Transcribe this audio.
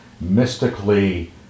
mystically